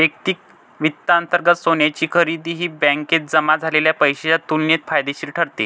वैयक्तिक वित्तांतर्गत सोन्याची खरेदी ही बँकेत जमा झालेल्या पैशाच्या तुलनेत फायदेशीर ठरते